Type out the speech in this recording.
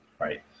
Right